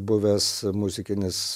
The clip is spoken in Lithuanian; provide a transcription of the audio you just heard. buvęs muzikinis